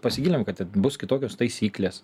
pasigilinam kad ten bus kitokios taisyklės